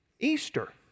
Easter